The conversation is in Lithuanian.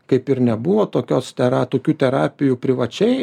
kaip ir nebuvo tokios tera tokių terapijų privačiai